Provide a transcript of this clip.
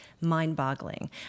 mind-boggling